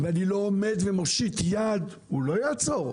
אם אני לא עומד ומושיט יד הוא לא יעצור,